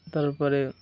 তার পরে